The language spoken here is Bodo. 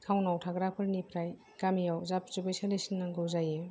थाउनाव थाग्रा फोरनिफ्राय गामियाव जाब जुबै सोलिसिनांगौ जायो